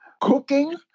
cooking